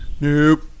Nope